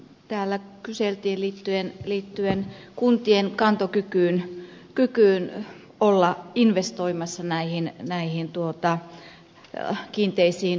täällä kyseltiin kuntien kantokyvystä olla investoimassa kiinteisiin laajakaistoihin